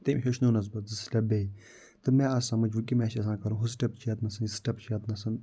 تٔمۍ ہٮ۪چھنونَس بہٕ زٕ سِٹیٚپ بیٚیہِ تہٕ مےٚ آو سمجھ وٕ کٔمۍ آیہِ چھِ آسان کَرُن ہُہ سِٹیٚپ چھِ یَتنَسَن یہِ سِٹیٚپ چھِ یَتنَسَن